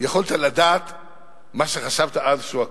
יכולת לדעת מה שחשבת אז שהוא הכול.